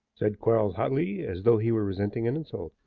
said quarles hotly, as though he were resenting an insult.